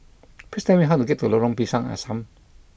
please tell me how to get to Lorong Pisang Asam